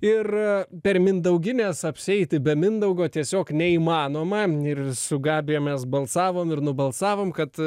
ir per mindaugines apsieiti be mindaugo tiesiog neįmanoma ir su gabija mes balsavom ir nubalsavom kad